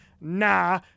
nah